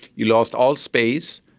you lost all space,